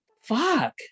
fuck